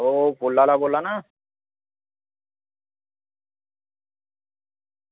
ओह् फुल्ल आह्ला बोल्ला ना